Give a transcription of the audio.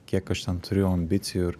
kiek aš ten turiu ambicijų ir